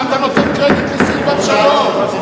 מה אתה נותן קרדיט לסילבן שלום?